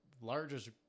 largest